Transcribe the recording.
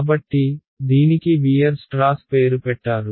కాబట్టి దీనికి వీయర్స్ట్రాస్ పేరు పెట్టారు